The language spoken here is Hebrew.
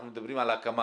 אנחנו מדברים על ההקמה,